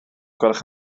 gwelwch